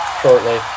shortly